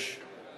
6),